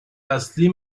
اصلی